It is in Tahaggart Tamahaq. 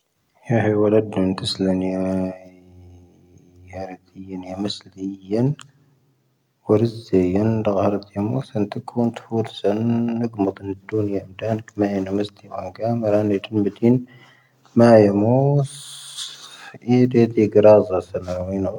ⵀⴻ ⵀⴻ ⵡⴰⴷⴰⴷ ⵏ'ⵏⵜⵉⵙⵍⴰⵏⵉ ⵢⴰ ⵎⵉⵙⵍⴷⵉ ⵢⴻⵏ, ⵡⵓⵔⵣⵉⵢⴻⵏ, ⴷ'ⴳⵀⴰⵔⵡⴷⵉ ⵢⴻⵎⵓⵙ, ⵏ'ⵜⴻⴽoⵏ ⵜ'ⴼⵓⵔⵙⴰⵏ ⵏ'ⴳⵎoⵜⵉⵏ ⴷ'ⵓⵏ ⵢⴻⵎⴷ'ⴰⵏ, ⴽⵎⴰ'ⵉⵏⵓ ⵎⵉⵙⵍⴷⵉ ⵢⴻⵏ ⴳⴰⵎⴰⵔⴰⵏ, ⵏ'ⵢⴻⵜⵉⵏ ⴱⴻⵜⵉⵏ ⵎⴰ'ⵢⴻⵎⵓⵙ, ⵉⴻⴷⵉⴷⵉ ⴳⵔⴰⵣⴰ ⵙⴰⵏⴰⵡⵉⵏⵓ.